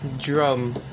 drum